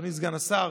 אדוני סגן השר,